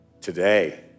today